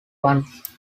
buns